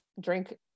drink